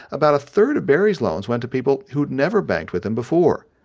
about a third of barry's loans went to people who'd never banked with him before.